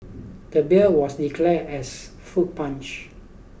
the beer was declared as fruit punch